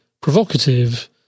provocative